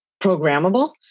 programmable